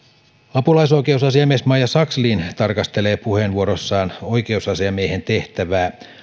apulaisoikeusasiamies maija sakslin tarkastelee puheenvuorossaan oikeusasiamiehen tehtävää